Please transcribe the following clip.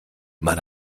man